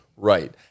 Right